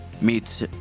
meets